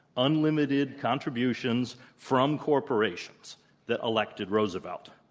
unlimited contributions from corporations that elected roosevelt.